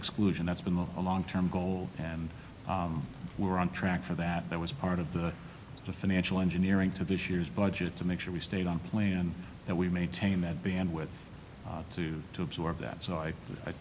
exclusion that's been a long term goal and we're on track for that that was part of the the financial engineering to this year's budget to make sure we stayed on plan that we maintain that bandwidth to to absorb that so i